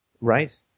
right